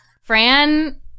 Fran